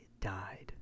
died